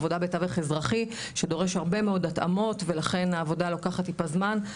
עבודה בתווך אזרחי שדורש הרבה מאוד התאמות ולכן העבודה לוקחת טיפה זמן.